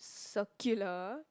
circular